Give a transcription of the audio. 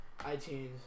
iTunes